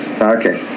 Okay